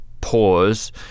pause